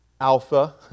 Alpha